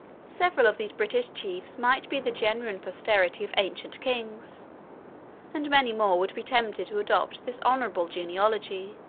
several of these british chiefs might be the genuine posterity of ancient kings and many more would be tempted to adopt this honorable genealogy,